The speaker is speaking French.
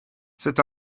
c’est